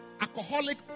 alcoholic